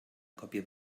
còpia